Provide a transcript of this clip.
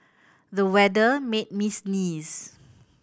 the weather made me sneeze